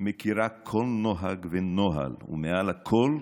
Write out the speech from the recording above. מכירה כל נוהג ונוהל, ומעל הכול,